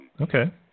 Okay